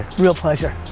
real pleasure.